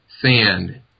sand